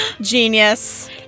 Genius